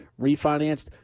refinanced